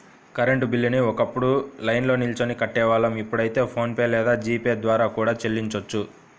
current బిల్లుని ఒకప్పుడు లైన్లో నిల్చొని కట్టేవాళ్ళం ఇప్పుడైతే ఫోన్ పే లేదా జీ పే ద్వారా కూడా చెల్లించొచ్చు